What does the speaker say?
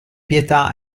pietà